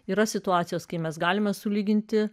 yra situacijos kai mes galime sulyginti